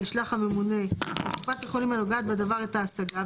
ישלח הממונה לקופת החולים הנוגעת בדבר את ההשגה,